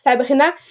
Sabrina